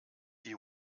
die